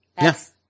Yes